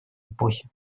эпохи